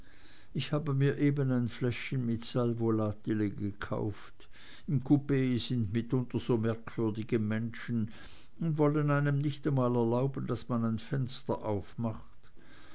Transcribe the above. ich habe mir eben ein fläschchen mit sal volatile gekauft im coup sind mitunter so merkwürdige menschen und wollen einem nicht mal erlauben daß man ein fenster aufmacht